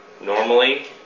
normally